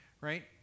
right